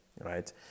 right